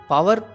Power